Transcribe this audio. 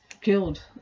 killed